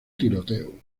tiroteo